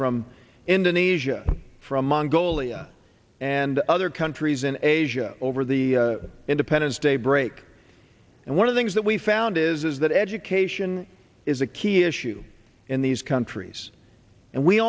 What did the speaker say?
from indonesia from mongolia and other countries in asia over the independence day break and one of things that we found is that education is a key issue in these countries and we